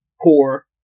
poor